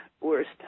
worst